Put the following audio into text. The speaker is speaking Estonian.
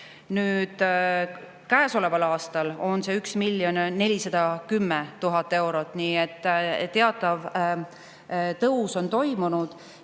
käesoleval aastal on see 1 410 000 eurot. Nii et teatav tõus on toimunud.